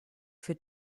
für